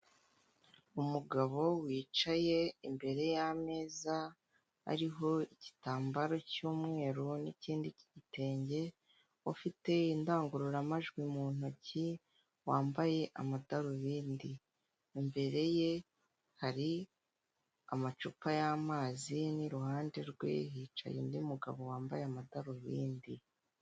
Umugabo wicaye imbere yameza ariho igitambaro cy'umweru n'ikindi cyigitenge ufite indangururamajwi mu ntoki wambaye amadarubindi imbere ye hari amacupa yamazi n'iruhande rwe hicaye undi mugabo wambaye amadarubindi .